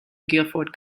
guilford